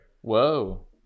Whoa